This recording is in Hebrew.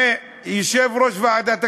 מיושב-ראש ועדת הכספים,